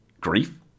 grief